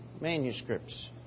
manuscripts